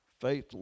Faith